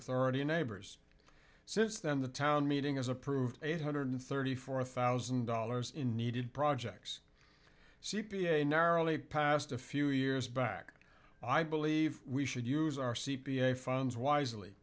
authority neighbors since then the town meeting is approved eight hundred thirty four thousand dollars in needed projects c p a narrowly passed a few years back i believe we should use our c p a funds wisely